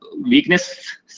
weakness